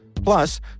Plus